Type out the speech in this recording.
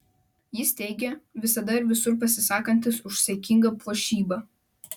jis teigia visada ir visur pasisakantis už saikingą puošybą